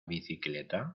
bicicleta